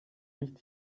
nicht